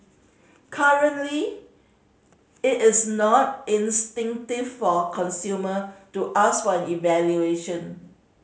currently it is not instinctive for consumer to ask for an evaluation